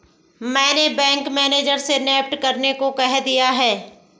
मैंने bank manager से NEFT करने को कह दिया है